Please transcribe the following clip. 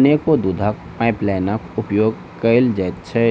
अनेको दूधक पाइपलाइनक उपयोग कयल जाइत छै